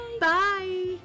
Bye